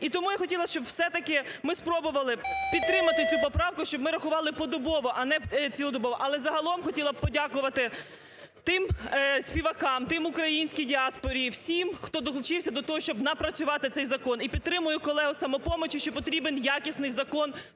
І тому я хотіла, щоб все-таки ми спробували підтримати цю поправку, щоб ми рахували подобово, а не цілодобово. Але загалом хотіла б подякувати тим співакам, тим, українській діаспорі і всім, хто долучився до того, щоб напрацювати цей закон. І підтримую колегу з "Самопомочі", що потрібен якісний закон